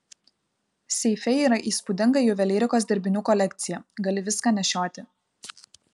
seife yra įspūdinga juvelyrikos dirbinių kolekcija gali viską nešioti